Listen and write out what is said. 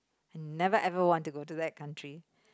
never ever want to go to that country